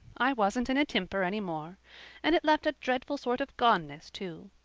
i wasn't in a temper anymore and it left a dreadful sort of goneness, too.